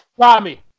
Tommy